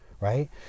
right